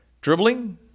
dribbling